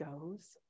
goes